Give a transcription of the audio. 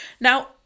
now